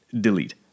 Delete